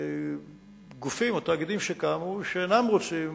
גופים או תאגידים שקמו שאינם רוצים